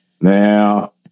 Now